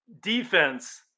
Defense